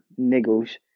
niggles